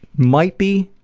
might be